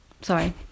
Sorry